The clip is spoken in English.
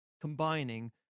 combining